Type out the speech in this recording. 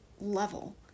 level